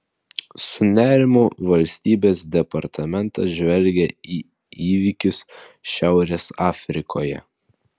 su nerimu valstybės departamentas žvelgia į įvykius šiaurės afrikoje